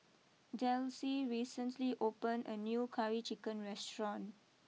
Delcie recently opened a new Curry Chicken restaurant